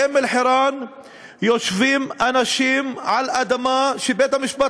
באום-אלחיראן יושבים אנשים על אדמה שבית-המשפט